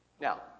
Now